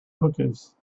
hookahs